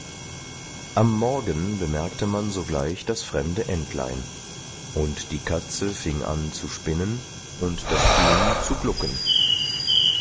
am morgen bemerkte man sogleich das fremde entlein und die katze fing an zu spinnen und das huhn zu glucken